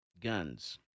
guns